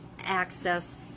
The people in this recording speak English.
access